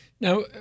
Now